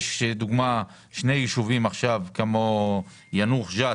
לדוגמה שני ישובים כמו יאנוח ג'ת